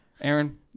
Aaron